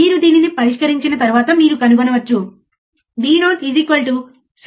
మరియు దీనిని Vios తో సూచిస్తాము సరే